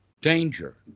danger